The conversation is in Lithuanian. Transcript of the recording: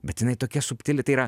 bet jinai tokia subtili tai yra